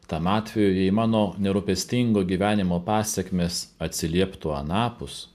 tam atvejui jei mano nerūpestingo gyvenimo pasekmės atsilieptų anapus